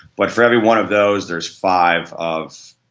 but for every one of those there is five of